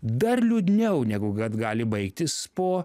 dar liūdniau negu kad gali baigtis po